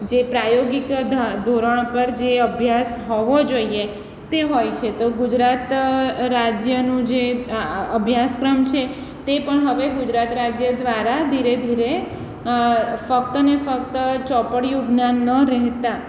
જે પ્રાયોગિક ધોરણ પર જે અભ્યાસ હોવો જોઈએ તે હોય છે તો ગુજરાત રાજ્યનું જે અભ્યાસક્રમ છે તે પણ હવે ગુજરાત રાજ્ય દ્વારા ધીરે ધીરે ફક્તને ફક્ત ચોપડિયું જ્ઞાન ન રહેતા